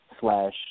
slash